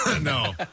No